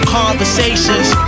conversations